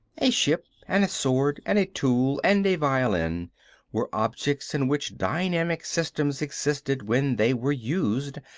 a ship and a sword and a tool and a violin were objects in which dynamic systems existed when they were used,